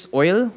oil